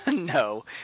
No